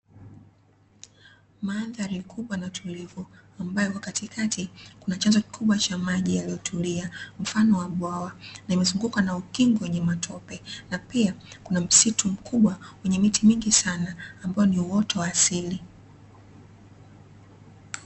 Mandhari kubwa na tulivu, ambayo katikati kuna chanzo kikubwa cha maji yaliyotulia, mfano wa bwawa, limezungukwa na ukingo wenye matope, na pia kuna msitu mkubwa wenye miti mingi sana, ambao ni uoto wa asili.